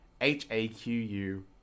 H-A-Q-U